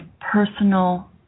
personal